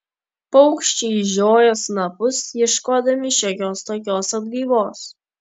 paukščiai žiojo snapus ieškodami šiokios tokios atgaivos